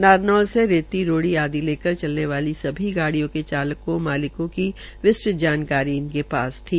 नारनौल से रेतीरोडी आदि चलने वाली सभी गाड़ियों के चालकों मालिकों की विस्तृत जानकारी उनके पास थी